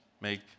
make